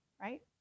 right